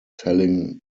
telling